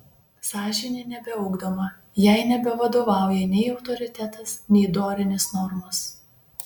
sąžinė nebeugdoma jai nebevadovauja nei autoritetas nei dorinės normos